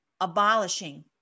abolishing